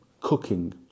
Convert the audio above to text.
cooking